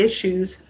issues